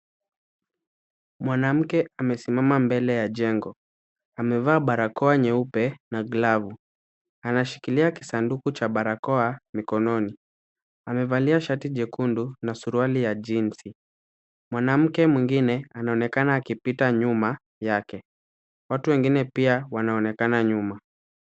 Mwanamke amesimama mbele ya jengo. Amevaa barakoa nyeupe na glavu anashikilia kisanduku cha barakoa mikononi. Amevalia shati jekundu na suruali ya jeansi . Mwanamke mwingine anaonekana akipita nyuma yake. Watu wengine pia wanaonekana nyuma.